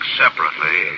separately